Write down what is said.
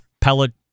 pellet